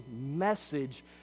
message